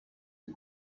ses